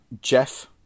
Jeff